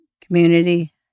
community